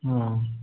ହଁ